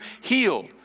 healed